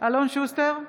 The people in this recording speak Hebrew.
אלון שוסטר,